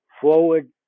forward